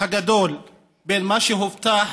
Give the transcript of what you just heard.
הגדול בין מה שהובטח